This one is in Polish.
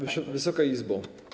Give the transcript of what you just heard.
Wysoka Izbo!